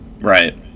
Right